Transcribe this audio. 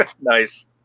Nice